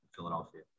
Philadelphia